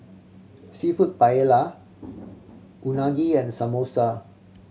Seafood Paella Unagi and Samosa